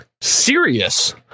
serious